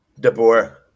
DeBoer